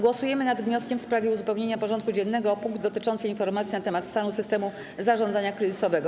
Głosujemy nad wnioskiem w sprawie uzupełnienia porządku dziennego o punkt dotyczący informacji na temat stanu systemu zarządzania kryzysowego.